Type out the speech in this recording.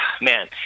man